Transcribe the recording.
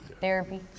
Therapy